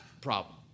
problem